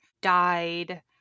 died